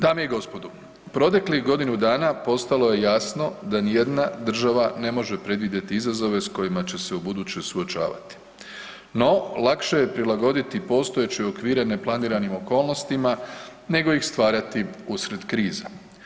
Dame i gospodo, proteklih godinu dana postalo je jasno da nijedna država ne može predvidjeti izazove s kojima će se ubuduće suočavati no lakše je prilagoditi postojeće okvire neplaniranim okolnostima nego ih stvarati usred krize.